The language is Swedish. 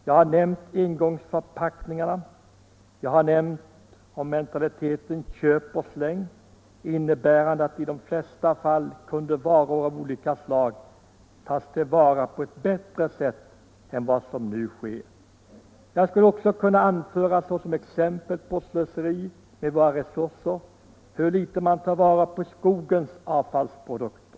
Jag har nämnt engångsförpackningarna, jag har nämnt mentaliteten ”köp-slit-och-släng”; i de flesta fall kunde varor av olika slag tas till vara på ett bättre sätt än nu. Jag skulle också som exempel på slöseri med våra resurser kunna anföra hur litet man tar vara på skogens avfallsprodukter.